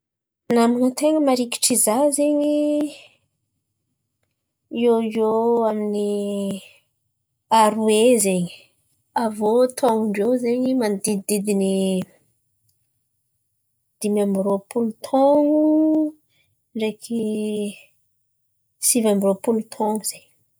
Naman̈a ten̈a marikitry za zen̈y, iô iô amin'ny aroe zen̈y. Aviô taon̈on-drô zen̈y manodidididiny dimy amby roa-polo taon̈o ndreky sivy amby roa-polo taon̈o zen̈y.